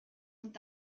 und